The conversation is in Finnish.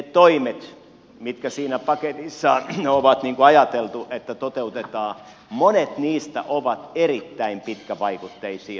mutta edustaja zyskowicz monet niistä toimista mitkä siinä paketissa on ajateltu toteutettavan ovat erittäin pitkävaikutteisia